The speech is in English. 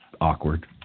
awkward